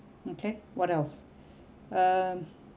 okay what else um